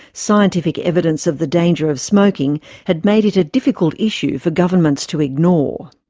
scientific evidence of the danger of smoking had made it a difficult issue for governments to ignore.